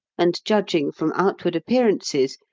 and, judging from outward appearances,